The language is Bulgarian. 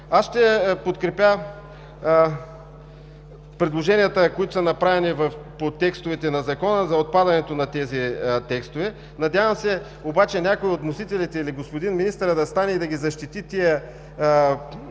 Аз ще подкрепя предложенията, които са направени по текстовете на Закона за отпадането на тези текстове. Надявам се обаче някой от вносителите или господин министъра да стане и да ги защити тези